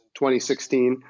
2016